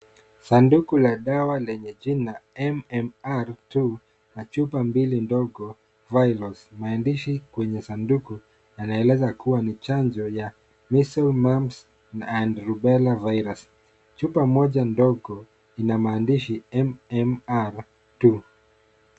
Sanduku la dawa lenye jina MMR2 na chupa mbili ndogo virals . Maandishi kwenye sanduku yanaeleza kuwa ni chanjo ya[cs measles, mumps and rubella virus . Chupa moja ndogo ina maandishi MMR 2.